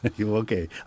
Okay